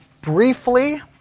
briefly